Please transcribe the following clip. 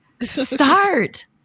Start